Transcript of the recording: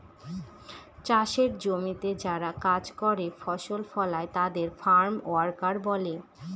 চাষের জমিতে যারা কাজ করে ফসল ফলায় তাদের ফার্ম ওয়ার্কার বলে